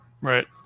Right